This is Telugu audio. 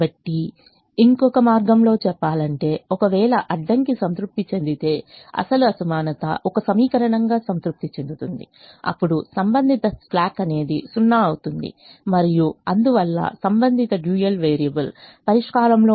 కాబట్టి ఇంకొక మార్గంలో చెప్పాలంటే ఒకవేళ అడ్డంకి సంతృప్తి చెందితే అసలు అసమానత ఒక సమీకరణంగా సంతృప్తి చెందుతుంది అప్పుడు సంబంధిత స్లాక్ అనేది 0 అవుతుంది మరియు అందువల్ల సంబంధిత డ్యూయల్ వేరియబుల్ పరిష్కారంలో ఉంటుంది